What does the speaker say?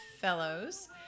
Fellows